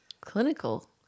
clinical